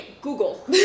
Google